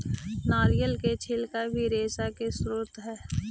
नरियर के छिलका भी रेशा के स्रोत हई